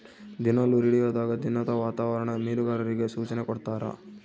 ದಿನಾಲು ರೇಡಿಯೋದಾಗ ದಿನದ ವಾತಾವರಣ ಮೀನುಗಾರರಿಗೆ ಸೂಚನೆ ಕೊಡ್ತಾರ